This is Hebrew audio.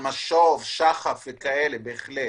משוב, שחף וכאלה, בהחלט.